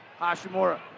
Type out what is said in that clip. Hashimura